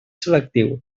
selectiu